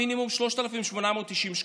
שכר מינימום, 3,890 שקלים.